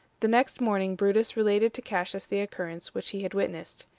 the next morning brutus related to cassius the occurrence which he had witnessed.